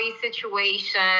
situation